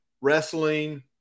wrestling